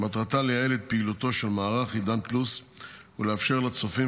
שמטרתה לייעל את פעילותו של מערך עידן פלוס ולאפשר לצופים